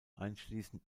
einschließen